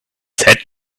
said